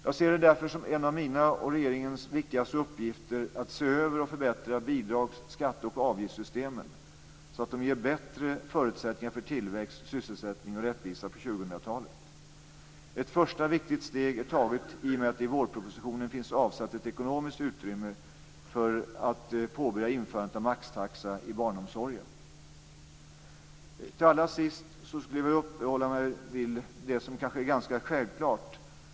Jag ser det därför som en av mina och regeringens viktigaste uppgifter att se över och förbättra bidrags-, skatte och avgiftssystemen så att de ger bättre förutsättningar för tillväxt, sysselsättning och rättvisa på 2000-talet. Ett första viktigt steg är taget i och med att det i vårpropositionen finns avsatt ett ekonomiskt utrymme för att påbörja införandet av maxtaxa in barnomsorgen. Till sist skulle jag vilja uppehålla mig vid det som kanske är ganska självklart.